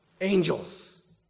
Angels